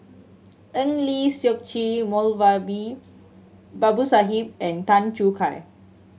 Eng Lee Seok Chee Moulavi Babu Sahib and Tan Choo Kai